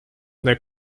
their